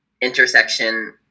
intersection